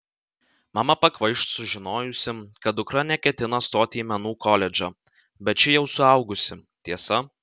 mama pakvaiš sužinojusi kad dukra neketina stoti į menų koledžą bet ši jau suaugusi tiesa